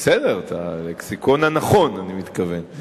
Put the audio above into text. בסדר, את הלקסיקון הנכון, אני מתכוון.